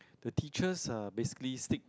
the teachers are basically stick to